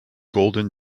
golden